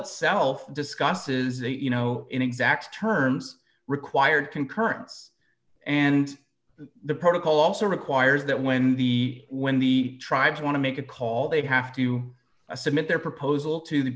itself discusses a you know in exact terms required concurrence and the protocol also requires that when the when the tribes want to make a call they have to submit their proposal to the